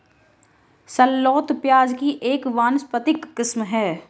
shallot प्याज़ की एक वानस्पतिक किस्म है